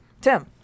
Tim